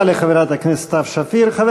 הרבה